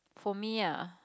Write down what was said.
for me ya